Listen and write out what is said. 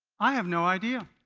i have no idea.